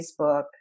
Facebook